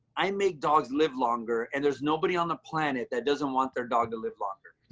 i make dogs live longer and there's nobody on the planet that doesn't want their dog to live longer.